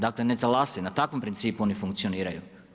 Dakle, ne talasaj, na takvom principu oni funkcioniraju.